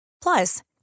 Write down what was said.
Plus